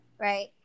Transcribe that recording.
right